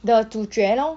the 主角 lor